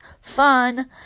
fun